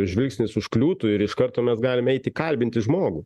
žvilgsnis užkliūtų ir iš karto mes galim eiti kalbinti žmogų